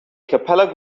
capella